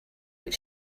what